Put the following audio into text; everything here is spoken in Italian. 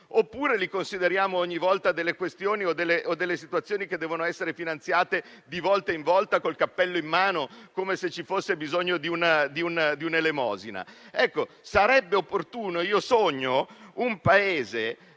oppure le consideriamo ogni volta questioni che devono essere finanziate di volte in volta, col cappello in mano, come se ci fosse bisogno di un'elemosina? Ecco, sarebbe opportuno - lo sogno - un Paese